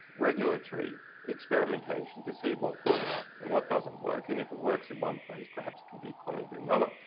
regulatory experimentation to see what works and what doesn't work. and if it works in one place, perhaps it can be coined in another.